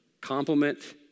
Compliment